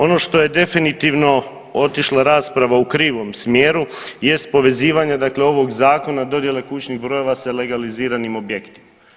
Ono što je definitivno otišlo rasprava u krivom smjeru jest povezivanje dakle ovog Zakona, dodjele kućnih brojeva sa legaliziranim objektom.